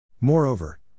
Moreover